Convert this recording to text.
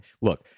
Look